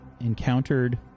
encountered